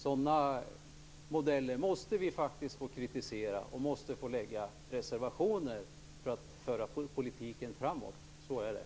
Sådana modeller måste vi faktiskt få kritisera och lägga fram reservationer mot för att föra politiken framåt. Så är det.